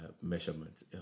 measurements